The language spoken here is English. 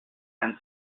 and